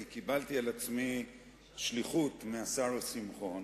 כי קיבלתי על עצמי שליחות מהשר שמחון.